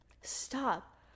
Stop